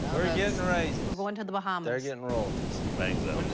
we're getting raises. we're going to the bahamas. they're getting royalties. bangzo.